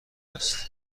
هست